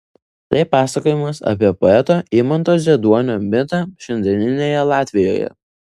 tai pasakojimas apie poeto imanto zieduonio mitą šiandieninėje latvijoje